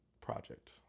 project